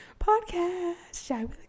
podcast